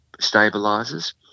stabilizes